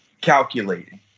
calculating